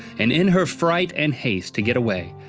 and in her fright and haste to get away,